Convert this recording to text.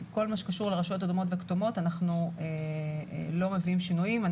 כל מה שקשור לרשויות אדומות וכתומות אנחנו לא מביאים שינויים.